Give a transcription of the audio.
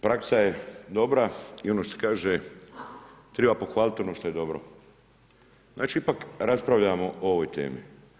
Praksa je dobra i ono što se kaže triba pohvaliti ono što je dobro, znači ipak raspravljamo o ovoj temi.